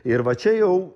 ir va čia jau